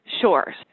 Sure